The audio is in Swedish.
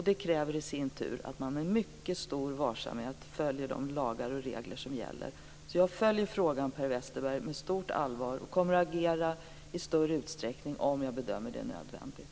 Det kräver i sin tur att man med mycket stor varsamhet följer de regler och lagar som gäller. Jag följer frågan med stort allvar, Per Westerberg, och kommer att agera i större utsträckning om jag bedömer det nödvändigt.